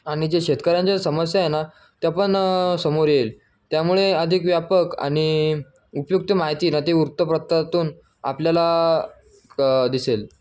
आणि जे शेतकऱ्यांच्या समस्या आहेत ना ते पण समोर येईल त्यामुळे अधिक व्यापक आणि उपयुक्त माहिती ना ते वृत्तपत्रातून आपल्याला दिसेल